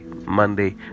monday